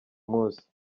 munsi